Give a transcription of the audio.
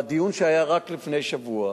והדיון שהיה רק לפני שבוע,